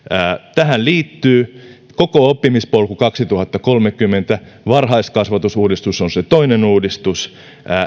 tähän liittyy koko osaamispolku kaksituhattakolmekymmentä varhaiskasvatusuudistus on se toinen uudistus